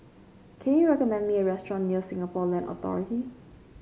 can you recommend me a restaurant near Singapore Land Authority